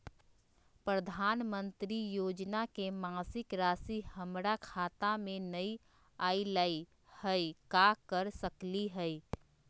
प्रधानमंत्री योजना के मासिक रासि हमरा खाता में नई आइलई हई, का कर सकली हई?